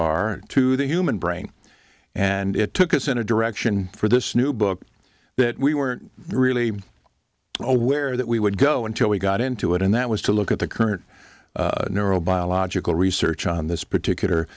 are to the human brain and it took us in a direction for this new book that we weren't really aware that we would go until we got into it and that was to look at the current neuro biological research on this